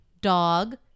Dog